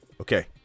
Okay